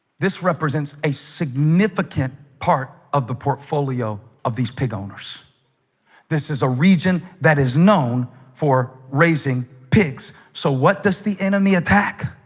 this represents a significant part of the portfolio of these pig owners this is a region that is known for raising pigs, so what does the enemy attack?